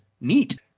Neat